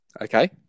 Okay